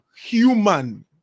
human